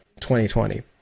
2020